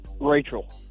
Rachel